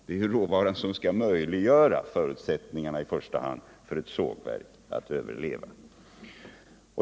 Det är ju i första hand råvaran som skall göra det möjligt för ett sågverk att överleva.